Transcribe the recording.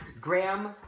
Graham